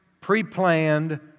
pre-planned